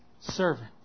servant